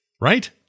right